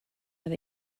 that